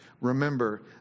Remember